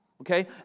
Okay